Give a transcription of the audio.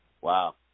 Wow